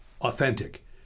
authentic